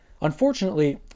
Unfortunately